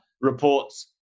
reports